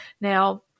Now